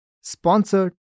sponsored